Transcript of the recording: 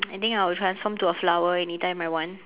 I think I would transform to a flower anytime I want